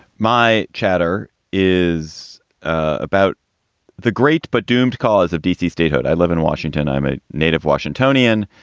my chatter is about the great but doomed cause of d c. statehood. i live in washington. i'm a native washingtonian.